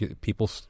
people